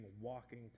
walking